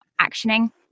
actioning